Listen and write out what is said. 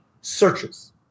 searches